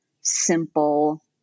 simple